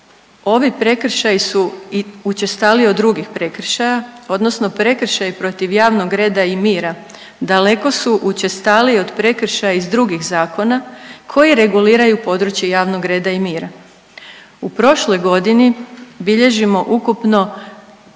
Ovi prekršaji su i učestaliji od drugih prekršaja, odnosno prekršaji protiv javnog reda i mira daleko su učestaliji od prekršaja iz drugih zakona koji reguliraju područje javnog reda i mira. U prošloj godini bilježimo ukupno